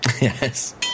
Yes